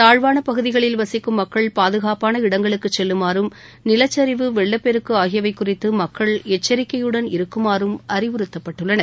தாழ்வான பகுதிகளில் வசிக்கும் மக்கள் பாதுகாப்பான இடங்களுக்கு செல்லுமாறும் நிலச்சிவு வெள்ளப்பெருக்கு ஆகியவை குறித்து மக்கள் எச்சரிக்கையுடன் இருக்குமாறும் அறிவுறுத்தப்பட்டுள்ளனர்